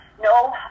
No